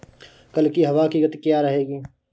कल की हवा की गति क्या रहेगी?